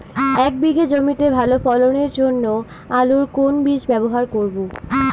এক বিঘে জমিতে ভালো ফলনের জন্য আলুর কোন বীজ ব্যবহার করব?